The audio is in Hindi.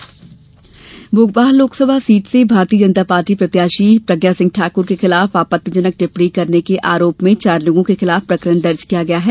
प्रज्ञा टिप्पणी भोपाल लोकसभा सीट से भारतीय जनता पार्टी प्रत्याशी प्रज्ञा सिंह ठाकुर के खिलाफ आपत्तिजनक टिप्पणी करने के आरोप में चार लोगों के खिलाफ प्रकरण दर्ज किया गया है